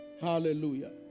Hallelujah